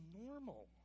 normal